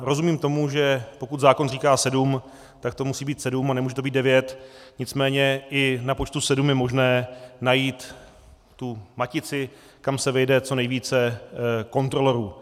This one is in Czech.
Rozumím tomu, že pokud zákon říká sedm, tak to musí být sedm a nemůže to být devět, nicméně i na počtu sedm je možné najít tu matici, kam se vejde co nejvíce kontrolorů.